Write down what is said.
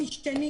מי שני.